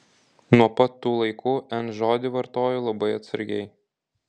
nuo pat tų laikų n žodį vartoju labai atsargiai